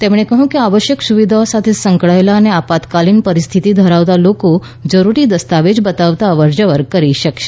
તેમણે કહ્યું કે આવશ્યક સુવિધાઓ સાથે સંકળાયેલા અને આપતકાલીન પરિસ્થિતી ધરાવતા લોકો જરૂરી દસ્તાવેજ બતાવતા અવરજવર કરી શકશે